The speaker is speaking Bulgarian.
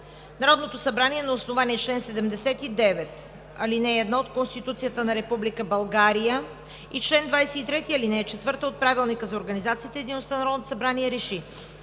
Народното събрание на основание чл. 79, ал. 1 от Конституцията на Република България и чл. 21, ал. 2 от Правилника за организацията и дейността на Народното събрание РЕШИ: